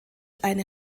eine